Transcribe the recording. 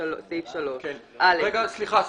סליחה גברתי,